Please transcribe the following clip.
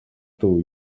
two